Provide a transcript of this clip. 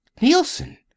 Nielsen